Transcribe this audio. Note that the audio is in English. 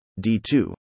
D2